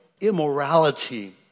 immorality